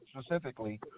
specifically